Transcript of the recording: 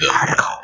article